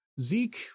zeke